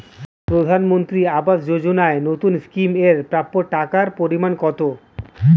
প্রধানমন্ত্রী আবাস যোজনায় নতুন স্কিম এর প্রাপ্য টাকার পরিমান কত?